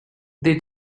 they